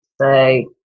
say